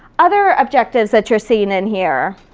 other objectives that you're seeing in here?